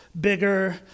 bigger